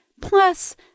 plus